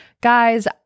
Guys